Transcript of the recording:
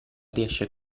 riesce